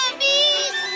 bees